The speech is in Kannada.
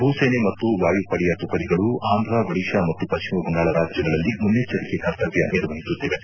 ಭೂಸೇನೆ ಮತ್ತು ವಾಯುಪಡೆಯ ತುಕಡಿಗಳು ಆಂಧ್ರ ಒಡಿಶಾ ಮತ್ತು ಪಶ್ಚಿಮಬಂಗಾಳ ರಾಜ್ಯಗಳಲ್ಲಿ ಮುನ್ನೆಚ್ಚರಿಕೆ ಕರ್ತವ್ಯ ನಿರ್ವಹಿಸುತ್ತಿವೆ